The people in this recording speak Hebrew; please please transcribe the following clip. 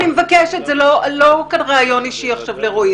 זה לא ראיון אישי כאן לרועי.